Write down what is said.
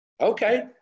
Okay